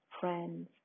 friends